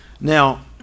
Now